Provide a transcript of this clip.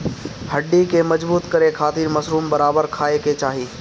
हड्डी के मजबूत करे खातिर मशरूम बराबर खाये के चाही